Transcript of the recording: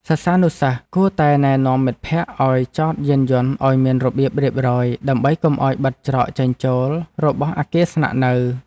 សិស្សានុសិស្សគួរតែណែនាំមិត្តភក្តិឱ្យចតយានយន្តឱ្យមានរបៀបរៀបរយដើម្បីកុំឱ្យបិទច្រកចេញចូលរបស់អគារស្នាក់នៅ។